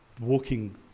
walking